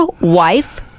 wife